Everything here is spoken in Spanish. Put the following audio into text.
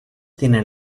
tienen